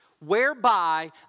whereby